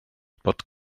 bod